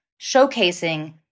showcasing